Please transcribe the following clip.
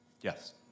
Yes